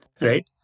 right